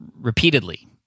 repeatedly